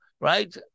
right